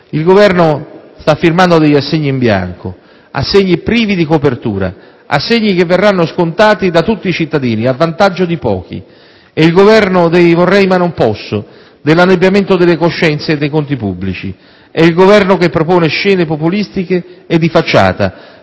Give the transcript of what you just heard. Il Governo sta firmando degli assegni in bianco, assegni privi di copertura, assegni che verranno scontati da tutti i cittadini a vantaggio di pochi. È il Governo dei "vorrei ma non posso", dell'annebbiamento delle coscienze e dei conti pubblici. È il Governo che propone scene populistiche e di facciata